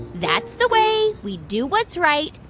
that's the way we do what's right.